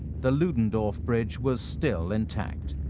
the ludendorff bridge was still intact.